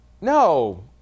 no